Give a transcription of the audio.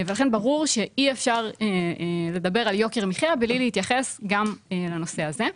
לכן ברור שאי אפשר לדבר על יוקר מחיה בלי להתייחס גם לנושא הזה.